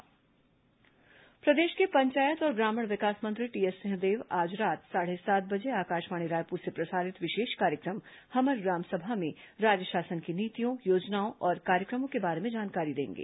हमर ग्राम सभा प्रदेश के पंचायत और ग्रामीण विकास मंत्री टीएस सिंहदेव आज रात साढ़े सात बजे आकाशवाणी रायपुर से प्रसारित विशेष कार्यक्रम हमर ग्राम सभा में राज्य शासन की नीतियों योजनाओं और कार्यक्रमों के बारे में जानकारी देंगे